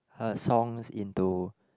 her songs into